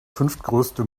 fünftgrößte